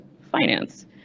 finance